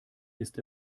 ist